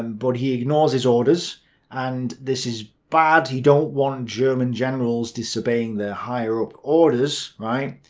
um but he ignores his orders and this is bad, you don't want and german generals disobeying their higher up orders, right?